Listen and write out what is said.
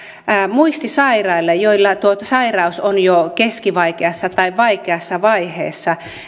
muistisairailla joilla sairaus on jo keskivaikeassa tai vaikeassa vaiheessa